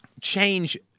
change